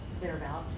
thereabouts